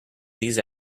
these